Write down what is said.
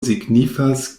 signifas